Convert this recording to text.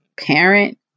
parent